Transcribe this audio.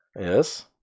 Yes